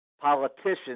politicians